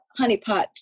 honeypot